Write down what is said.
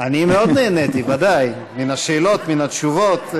אני מאוד נהניתי, ודאי, מן השאלות, מן התשובות.